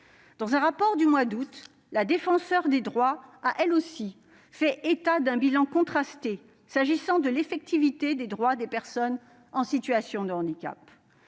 Dans un rapport du mois d'août, la Défenseure des droits a, elle aussi, fait état d'un bilan contrasté s'agissant de l'effectivité des droits des personnes en situation de handicap.